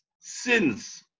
sins